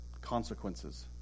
consequences